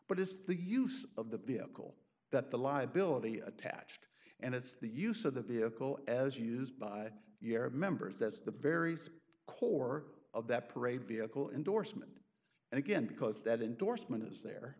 but it's the use of the vehicle that the liability attached and if the use of the vehicle as used by your members that's the very same core of that parade vehicle indorsement and again because that endorsement is there